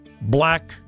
Black